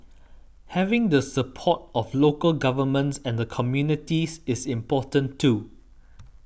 having the support of local governments and the communities is important too